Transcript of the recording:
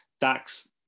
Dax